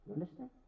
understand